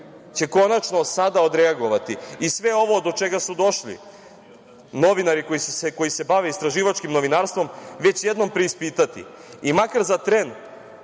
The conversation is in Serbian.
konačno sada odreagovati i sve ovo do čega su došli novinari koji se bave istraživačkim novinarstvom već jednom preispitati i makar za tren